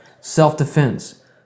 self-defense